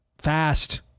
fast